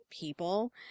people